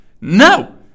No